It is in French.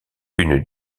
une